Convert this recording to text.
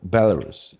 Belarus